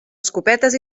escopetes